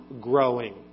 growing